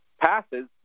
passes